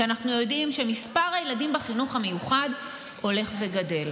כשאנחנו יודעים שמספר הילדים בחינוך המיוחד הולך וגדל.